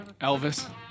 Elvis